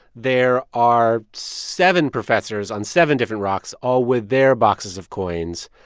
there are seven professors on seven different rocks, all with their boxes of coins.